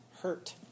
hurt